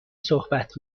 صحبت